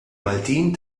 maltin